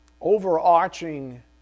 overarching